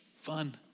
fun